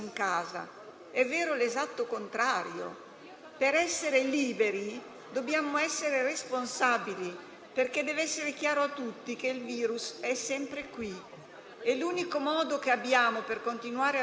Il lavoro fatto dal Governo e dalle Regioni darà i suoi frutti solo in un clima di collaborazione tra istituzioni sanitarie, attraverso un serio patto educativo tra docenti, famiglie e studenti,